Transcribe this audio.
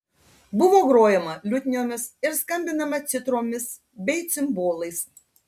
buvo grojama liutniomis ir skambinama citromis bei cimbolais